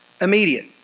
immediate